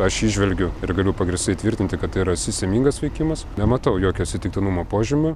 aš įžvelgiu ir galiu pagrįstai tvirtinti kad tai yra sisemingas veikimas nematau jokio atsitiktinumo požymių